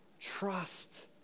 Trust